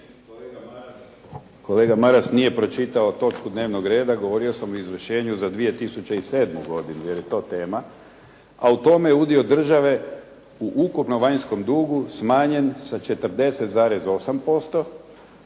Kolega Maras nije pročitao točku dnevnog reda, govorio sam o izvršenju za 2007. godinu, jer je to tema, a u tome je udio države u ukupnom vanjskom dugu smanjen sa 40,8%